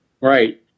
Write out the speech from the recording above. Right